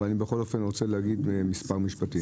אבל אני בכל אופן רוצה להגיד מספר משפטים.